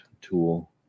tool